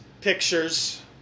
pictures